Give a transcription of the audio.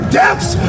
deaths